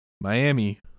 Miami